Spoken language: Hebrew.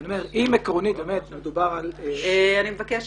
אם עקרונית מדובר על מתן